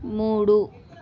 మూడు